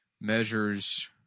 measures